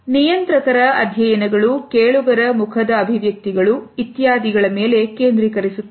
ನಿಯಂತ್ರಕರ ಅಧ್ಯಯನಗಳು ಕೇಳುಗರ ಮುಖದ ಅಭಿವ್ಯಕ್ತಿಗಳು ಇತ್ಯಾದಿಗಳ ಮೇಲೆ ಕೇಂದ್ರೀಕರಿಸುತ್ತವೆ